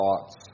thoughts